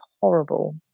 horrible